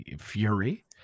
fury